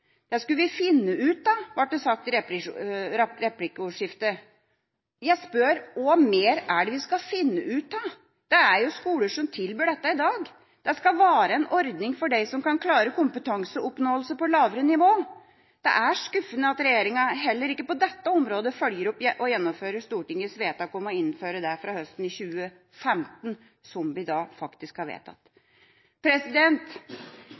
Det skulle vi finne ut av, ble det sagt i replikkordskiftet. Jeg spør: Hva mer er det vi skal finne ut av? Det er jo skoler som tilbyr dette i dag. Det skal være en ordning for dem som kan klare kompetanseoppnåelse på lavere nivå. Det er skuffende at regjeringa heller ikke på dette området følger opp og gjennomfører Stortingets vedtak om å innføre det fra høsten 2015, som vi da faktisk har